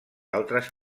altres